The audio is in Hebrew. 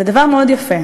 זה דבר מאוד יפה.